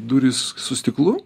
durys su stiklu